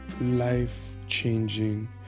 life-changing